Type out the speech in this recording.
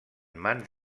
mans